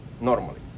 normally